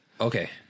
okay